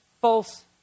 false